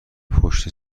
پشت